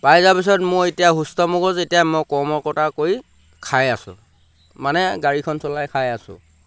পাই যোৱাৰ পিছত মই এতিয়া সুস্থ মগজ এতিয়া মই কৰ্মকৰ্তা কৰি খাই আছো মানে গাড়ীখন চলাই খাই আছো